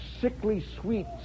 sickly-sweet